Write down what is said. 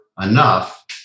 enough